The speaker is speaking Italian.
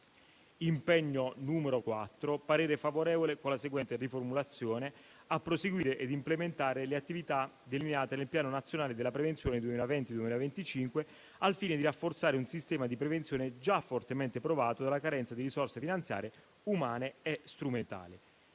impegno il parere è favorevole, con la seguente riformulazione: «a proseguire ed implementare le attività delineate nel piano nazionale della prevenzione 2020 - 2025, al fine di rafforzare un sistema di prevenzione già fortemente provato dalla carenza di risorse finanziarie, umane e strumentale».